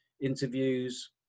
interviews